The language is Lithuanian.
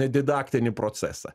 didaktinį procesą